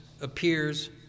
appears